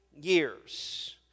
years